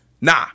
Nah